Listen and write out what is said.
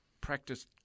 practice